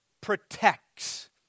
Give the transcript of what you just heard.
protects